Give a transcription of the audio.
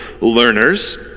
learners